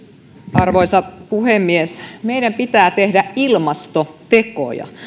arvoisa puhemies meidän pitää tehdä ilmastotekoja